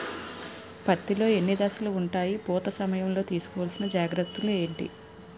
పత్తి లో ఎన్ని దశలు ఉంటాయి? పూత సమయం లో తీసుకోవల్సిన జాగ్రత్తలు ఏంటి?